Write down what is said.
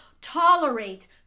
tolerate